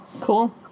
Cool